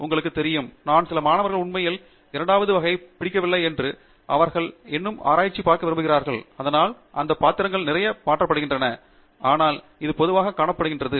உங்களுக்கு தெரியும் நான் சில மாணவர்கள் உண்மையில் இரண்டாவது வகை பிடிக்கவில்லை என்று அவர்கள் இன்னும் ஆராய்ந்து பார்க்க விரும்புகிறார்கள் அதனால் அந்த பாத்திரங்கள் நிறைய மாற்றப்படுகின்றன ஆனால் அது பொதுவாகக் காணப்படுகிறது